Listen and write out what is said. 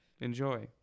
Enjoy